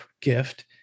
gift